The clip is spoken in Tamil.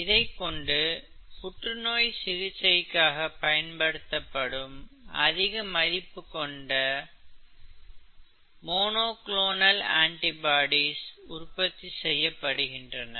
இதைக் கொண்டு புற்றுநோய் சிகிச்சைக்காக பயன்படுத்தப்படும் அதிக மதிப்பு கொண்ட மோனோகுளோனல் ஆன்டிபாடிகள் உற்பத்தி செய்யப்படுகின்றன